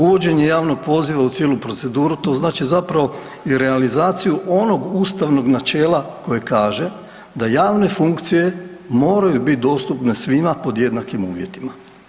Uvođenje javnog poziva u cijelu proceduru to znači zapravo i realizaciju onog ustavnog načela koje kaže da javne funkcije moraju bit dostupne svima pod jednakim uvjetima.